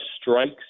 strikes